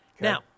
Now